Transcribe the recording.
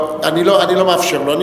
לא, אני לא מאפשר לו.